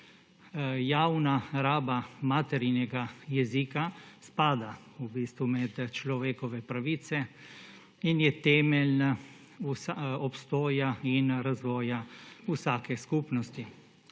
Javna raba materinega jezika spada v bistvu med človekove pravice in je temelj obstoja in razvoja vsake skupnosti.